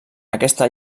aquesta